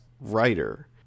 writer